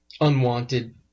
unwanted